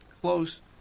close